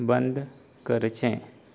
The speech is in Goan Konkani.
बंद करचें